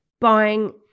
buying